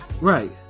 Right